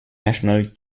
national